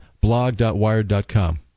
blog.wired.com